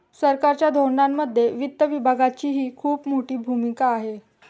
सरकारच्या धोरणांमध्ये वित्त विभागाचीही खूप मोठी भूमिका आहे